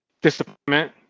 disappointment